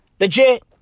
Legit